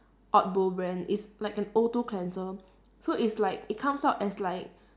odbo brand it's like an O two cleanser so it's like it comes out as like